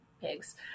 pigs